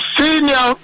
senior